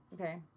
Okay